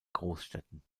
großstädten